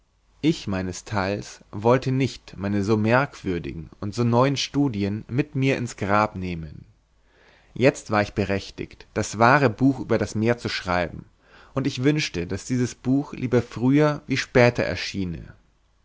ich meines theils wollte nicht meine so merkwürdigen und so neuen studien mit mir in's grab nehmen jetzt war ich berechtigt das wahre buch über das meer zu schreiben und ich wünschte daß dieses buch lieber früher wie später erschiene